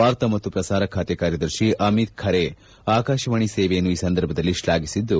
ವಾರ್ತಾ ಮತ್ತು ಪ್ರಸಾರ ಖಾತೆ ಕಾರ್ಯದರ್ತಿ ಅಮಿತ್ ಖರೆ ಆಕಾಶವಾಣಿ ಸೇವೆಯನ್ನು ಈ ಸಂದರ್ಭದಲ್ಲಿ ಶ್ಲಾಘಿಸಿದ್ದು